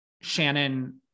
Shannon